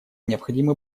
необходимы